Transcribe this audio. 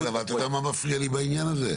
כן, אבל אתה יודע מה מפריע לי בעניין הזה?